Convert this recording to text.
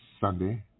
Sunday